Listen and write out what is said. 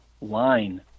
line